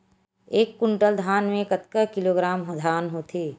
एक कुंटल धान में कतका किलोग्राम धान होथे?